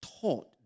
taught